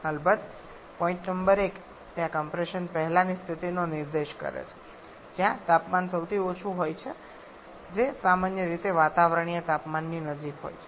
અલબત્ત point number 1 ત્યાં compression પહેલાની સ્થિતિનો નિર્દેશ કરે છે જ્યાં તાપમાન સૌથી ઓછું હોય છે જે સામાન્ય રીતે વાતાવરણીય તાપમાનની નજીક હોય છે